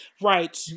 Right